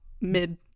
mid